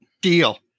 deal